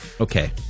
Okay